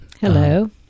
hello